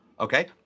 Okay